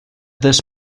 this